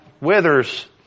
withers